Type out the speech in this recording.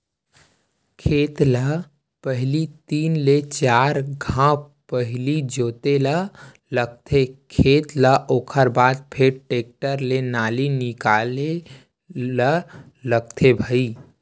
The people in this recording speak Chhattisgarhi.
खेत ल पहिली तीन ले चार घांव पहिली जोते ल लगथे खेत ल ओखर बाद फेर टेक्टर ले नाली निकाले ल लगथे भई